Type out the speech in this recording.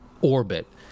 orbit